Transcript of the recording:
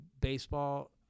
baseball